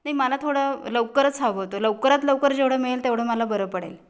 नाही मग ला थोडं लवकरच हवं होतं लवकरात लवकर जेवढं मिळेल तेवढं मला बरं पडेल